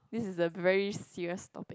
this is the very serious topic